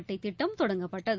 அட்டை திட்டம் தொடங்கப்பட்டது